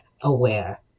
aware